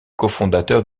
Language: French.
cofondateur